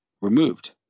removed